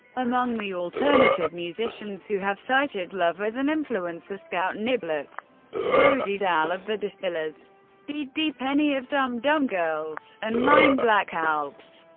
among the alternative musicians who have cited love as an influence are scout niblett brody dalle of the distillers dee dee penny of dum dum girls and nine black alps.